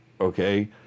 Okay